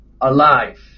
alive